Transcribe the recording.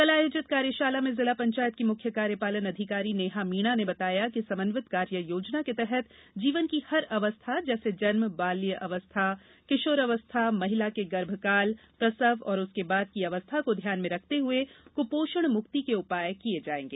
कल आयोजित कार्यषाला में जिला पंचायत की मुख्य कार्यपालन अधिकारी नेहा मीणा ने बताया कि समन्वित कार्ययोजना के तहत जीवन की हर अवस्था जैसे जन्म बाल्य अवस्था किशोरी अवस्था महिला के गर्भकाल प्रसव और उसके बाद की अवस्था को ध्यान में रखते हुए कृपोषण मुक्ति के उपाय किये जाएंगे